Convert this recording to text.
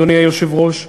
אדוני היושב-ראש,